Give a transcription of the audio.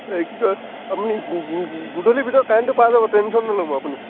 এই কি কয় আপুনি গধূলিৰ ভিতৰত কাৰেণ্টটো পাই যাব টেনচন নল'ব আপুনি